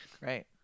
Right